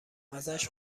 ازش